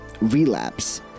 relapse